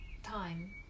time